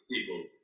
people